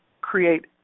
create